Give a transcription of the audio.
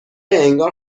انگار